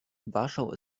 warschau